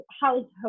household